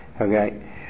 Okay